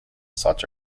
such